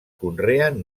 conreen